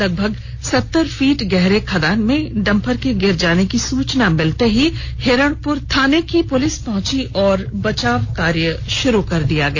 लगभग सत्तर फीट गहरे खदान में डम्फर के गिर जाने की सूचना मिलते ही हिरणपुर थाने की पुलिस पहुंची और बचाव कार्य शुरू किया गया